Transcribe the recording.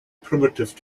primitive